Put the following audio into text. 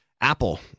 Apple